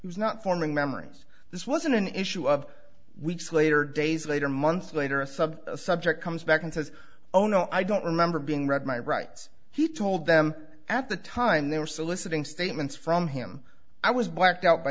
was not forming memories this wasn't an issue of weeks later days later months later a sub subject comes back and says oh no i don't remember being read my rights he told them at the time they were soliciting statements from him i was blacked out by